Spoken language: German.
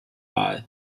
wahl